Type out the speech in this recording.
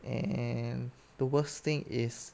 and the worst thing is